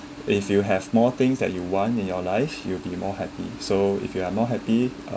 if you have more things that you want in your life you'll be more happy so if you are more happy uh